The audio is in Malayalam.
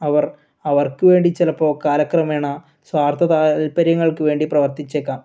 അവർ അവർക്ക് വേണ്ടി ചിലപ്പോൾ കാലക്രമേണ സ്വാർത്ഥ താല്പര്യങ്ങൾക്ക് വേണ്ടി പ്രവർത്തിച്ചേക്കാം